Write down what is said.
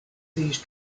these